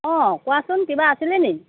কোৱাচোন কিবা আছিলে নি